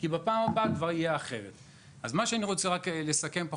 אני רוצה לסכם.